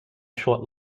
short